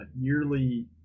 yearly